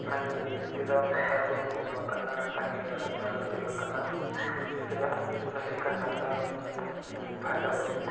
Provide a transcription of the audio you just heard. आणि त्याचा प्रसार करून मग लोकांना सांगितलं जातं त्यामुळे ते लोकांना त्याचा लसीकरणाचा फायदा होतो